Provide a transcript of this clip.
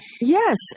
Yes